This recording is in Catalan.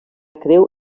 creu